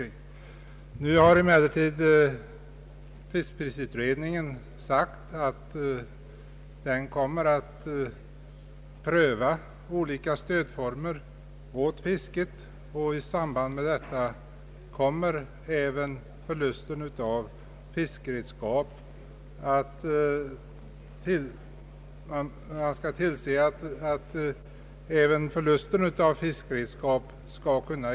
Nu har emellertid fiskprisutredningen sagt att den kommer att pröva olika stödformer åt fisket. I samband därmed kommer även att tillses att bidrag av statsmedel lämnas vid förlust av fiskredskap.